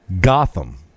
Gotham